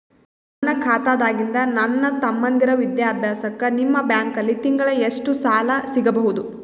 ನನ್ನ ಖಾತಾದಾಗಿಂದ ನನ್ನ ತಮ್ಮಂದಿರ ವಿದ್ಯಾಭ್ಯಾಸಕ್ಕ ನಿಮ್ಮ ಬ್ಯಾಂಕಲ್ಲಿ ತಿಂಗಳ ಎಷ್ಟು ಸಾಲ ಸಿಗಬಹುದು?